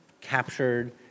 captured